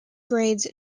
grades